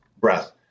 breath